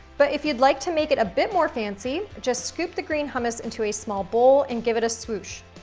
but if you'd like to make it a bit more fancy, just scoop the green hummus into a small bowl and give it a swoosh.